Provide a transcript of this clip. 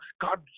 God